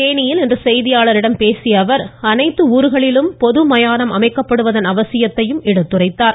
தேனியில் இன்று செய்தியாளர்களிடம் பேசிய அவர் அனைத்து ஊர்களிலும் பொதுமயானம் அமைக்கப்படுவதன் அவசியத்தையும் எடுத்துரைத்தாா்